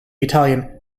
italian